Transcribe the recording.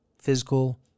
physical